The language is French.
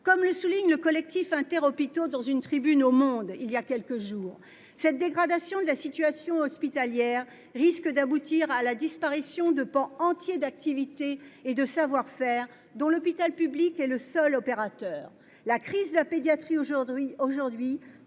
Comme le souligne le collectif Inter-Hôpitaux dans une tribune publiée dans il y a quelques jours, « cette dégradation de la situation hospitalière risque d'aboutir à la disparition de pans entiers d'activités et de savoir-faire, dont l'hôpital public est le seul opérateur. La crise de la pédiatrie aujourd'hui